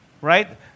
Right